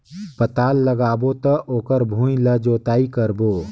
पातल लगाबो त ओकर भुईं ला जोतई करबो?